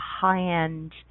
high-end